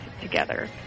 together